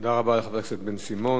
תודה רבה לחבר הכנסת בן-סימון.